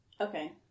Okay